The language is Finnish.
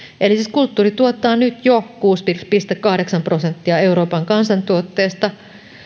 kulttuuri tuottaa nyt jo kuusi pilkku kahdeksan prosenttia euroopan kansantuotteesta